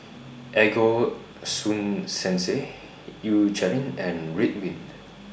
Ego Sunsense Eucerin and Ridwind